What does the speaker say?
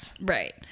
Right